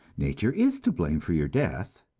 nature is to blame for your death,